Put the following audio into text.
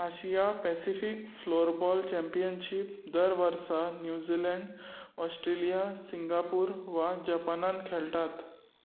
आशिया Pacific floorball championship दर वर्सा New Zealand Australia Singapore वा जपानांत खेळटात